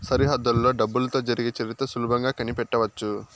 సరిహద్దులలో డబ్బులతో జరిగే చరిత్ర సులభంగా కనిపెట్టవచ్చు